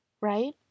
right